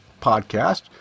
Podcast